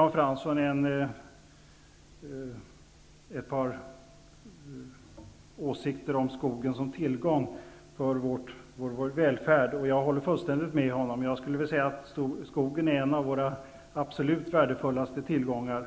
Jan Fransson hade ett par åsikter om skogen som tillgång för vår välfärd, och jag håller fullständigt med honom om detta. Jag skulle vilja säga att skogen är en av våra absolut värdefullaste tillgångar.